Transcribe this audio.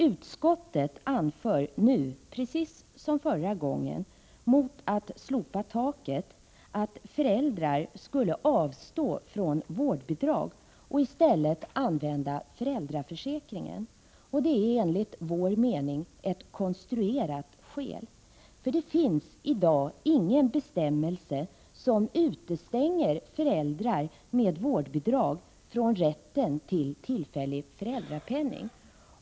Utskottet anför nu, precis som förra gången, mot att slopa taket att föräldrar skulle avstå från vårdbidrag och i stället använda föräldraförsäkringen. Detta är enligt vår uppfattning ett konstruerat skäl, för det finns i dag ingen bestämmelse som utestänger föräldrar med vårdnadsbidrag från rätten till tillfällig föräldrapenning.